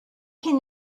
can